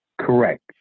Correct